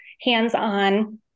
hands-on